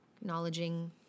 Acknowledging